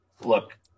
look